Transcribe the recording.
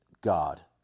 God